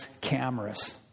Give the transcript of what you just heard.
cameras